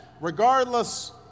regardless